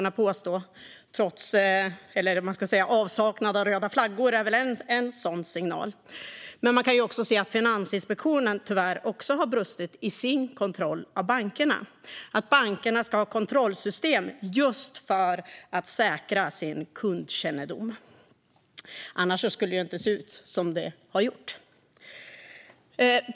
Avsaknad av röda flaggor är väl en av signalerna. Finansinspektionen har tyvärr också brustit i sin kontroll av bankerna. Bankerna ska ha kontrollsystem just för att säkra sin kundkännedom - annars skulle det inte ha sett ut som det har gjort.